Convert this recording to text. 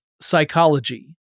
psychology